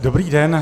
Dobrý den.